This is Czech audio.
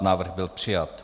Návrh byl přijat.